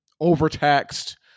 overtaxed